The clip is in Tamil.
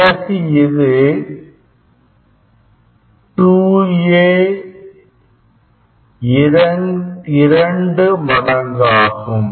பிறகு இது 2A இரண்டு மடங்காகும்